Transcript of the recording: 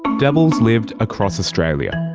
devils lived across australia.